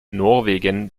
norwegen